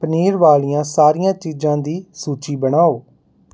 ਪਨੀਰ ਵਾਲੀਆਂ ਸਾਰੀਆਂ ਚੀਜ਼ਾਂ ਦੀ ਸੂਚੀ ਬਣਾਓ